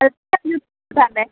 ᱡᱩᱛ